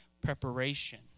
preparation